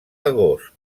agost